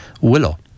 willow